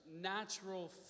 natural